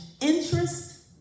interest